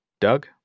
Doug